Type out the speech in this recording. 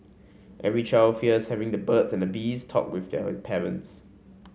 every child fears having the birds and the bees talk with their parents